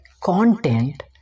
content